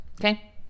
Okay